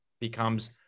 becomes